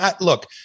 look